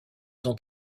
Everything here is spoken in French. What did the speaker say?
ont